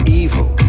evil